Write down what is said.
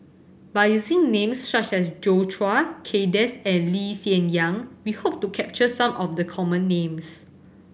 by using names such as Joi Chua Kay Das and Lee Hsien Yang we hope to capture some of the common names